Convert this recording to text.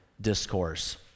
discourse